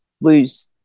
lose